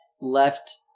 left